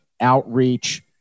outreach